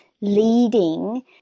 leading